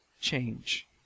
change